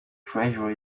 treasure